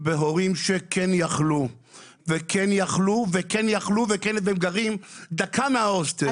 הורים שכן יכלו והם גרים דקה מההוסטל.